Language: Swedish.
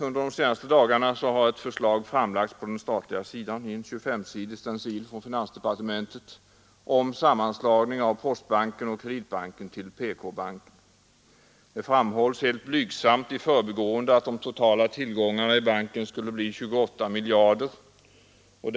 Under de senaste dagarna har ett förslag framlagts på den statliga sidan — i en 25-sidig stencil från finansdepartementet — om sammanslagning av postbanken och Kreditbanken till PK-banken. Det framhålls helt blygsamt i förbigående att de totala tillgångarna i banken skulle bli 28 miljarder kronor.